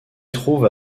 trouve